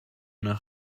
nach